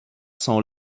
sont